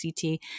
CT